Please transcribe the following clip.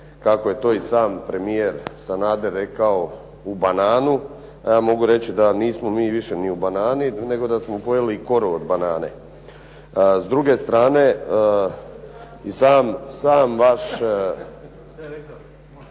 kako je to sam i premijer Sanader rekao u "bananu". Mogu reći da nismo više ni u "banani" nego da smo pojeli i koru od banane. S druge strane, i sam vaš.